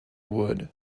wood